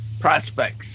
Prospects